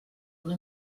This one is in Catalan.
una